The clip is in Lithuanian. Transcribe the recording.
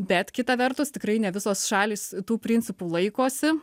bet kita vertus tikrai ne visos šalys tų principų laikosi